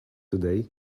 today